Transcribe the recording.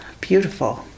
Beautiful